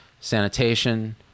sanitation